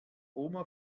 oma